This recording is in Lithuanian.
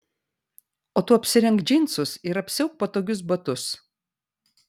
o tu apsirenk džinsus ir apsiauk patogius batus